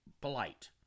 polite